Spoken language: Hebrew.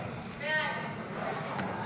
נתקבלה.